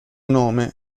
nome